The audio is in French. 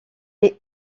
est